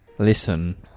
Listen